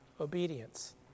obedience